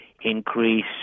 increase